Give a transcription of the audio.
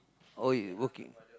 oh you working